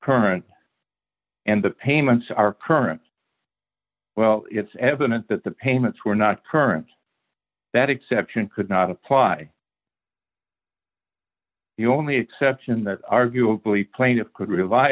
current and the payments are current well it's evident that the payments were not current that exception could not apply the only exception that arguably plaintiff could rely